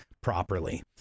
properly